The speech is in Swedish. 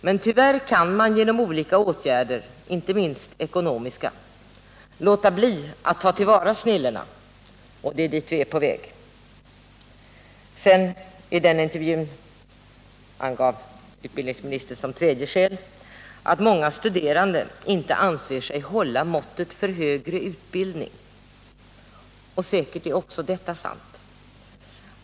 Men tyvärr kan man genom olika åtgärder, inte minst ekonomiska, låta bli att ta till vara snillena, och det är dit vi är på väg. I intervjun i Svenska Dagbladet angav utbildningsministern som tredje skäl att många studerande inte anser sig hålla måttet för högre utbildning. Säkert är också detta sant.